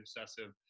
obsessive